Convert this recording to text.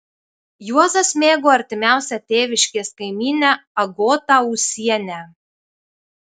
juozas mėgo artimiausią tėviškės kaimynę agotą ūsienę